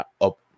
up